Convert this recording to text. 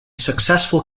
successful